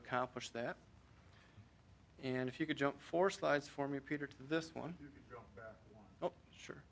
accomplish that and if you could jump for slides for me peter this one sure